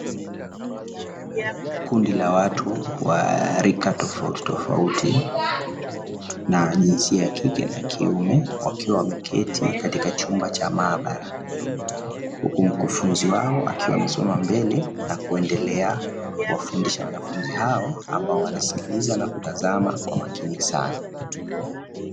Kundi la watu wa rika tofautitofauti na jinsia ya kike na ya kiume, wakiwa wameketi katika chumba cha maabara. Huku mkufunzi wao akiwa amesimama mbele na kuendelea kuwafundisha wanafunzi hao ambao wanasikiliza na kutazama kwa makini sana.